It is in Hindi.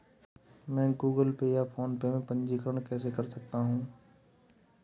मैं गूगल पे या फोनपे में पंजीकरण कैसे कर सकता हूँ?